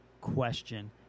question